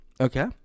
Okay